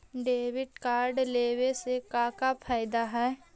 Debit card लेवे से का का फायदा है?